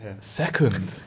Second